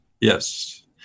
Yes